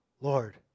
Lord